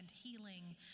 healing